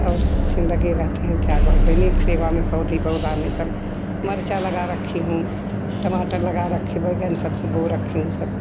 और ज़िंदगी रहते हैं डेली एक सेवा में पौधी पौधा में सब मिर्च लगा रखी हूँ टमाटर लगा रखे बैंगन सब्ज़ी बो रखे हूँ सब